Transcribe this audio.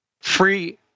free